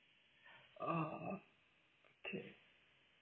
uh okay